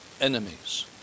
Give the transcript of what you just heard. enemies